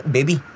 Baby